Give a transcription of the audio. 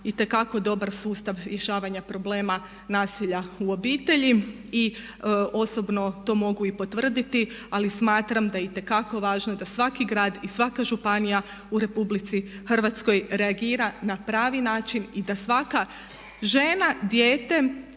itekako dobar sustav rješavanja problema nasilja u obitelji i osobno to mogu i potvrditi ali smatram da je itekako važno da svaki grad i svaka županija u RH reagira na pravi način i da svaka žena, dijete,